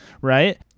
right